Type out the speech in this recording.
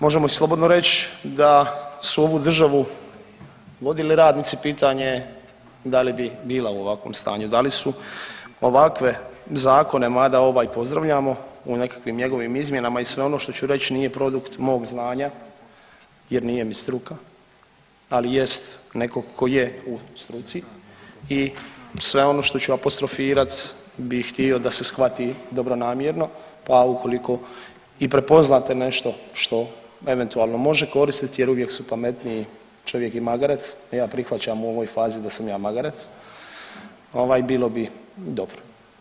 Možemo i slobodno reći da su ovu državu vodili radnici pitanje da li bi bila u ovakvom stanju, da li su ovakve zakone mada ovaj pozdravljamo u nekakvim njegovim izmjenama i sve ono što ću reći nije produkt mog znanja jer nije mi struka, ali jest nekog tko je u struci i sve ono što ću apostrofirat bi htio da se shvati dobronamjerno pa ukoliko i prepoznate nešto što eventualno može koristiti jer uvijek su pametniji čovjek i magarac, a ja prihvaćam u ovoj fazi da sam ja magarac ovaj bilo bi dobro.